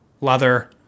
leather